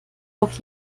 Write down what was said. noch